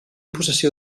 possessió